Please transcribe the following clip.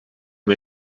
mes